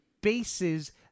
bases